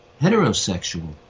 heterosexual